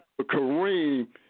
Kareem